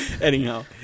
Anyhow